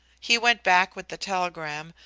he went back with the telegram,